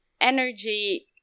energy